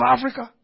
Africa